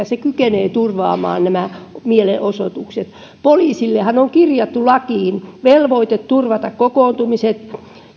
se kykenee turvaamaan nämä mielenosoitukset poliisillehan on kirjattu lakiin velvoite turvata kokoontumiset